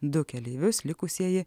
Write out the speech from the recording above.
du keleivius likusieji